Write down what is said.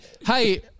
hey